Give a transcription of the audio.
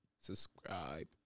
Subscribe